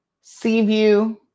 Seaview